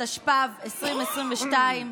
התשפ"ב 2022,